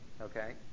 okay